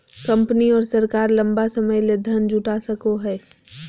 company और सरकार लंबा समय ले धन जुटा सको हइ